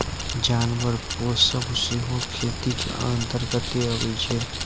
जानबर पोसब सेहो खेतीक अंतर्गते अबै छै